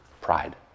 pride